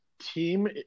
team